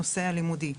הנושא הלימודי.